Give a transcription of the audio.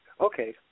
Okay